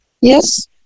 Yes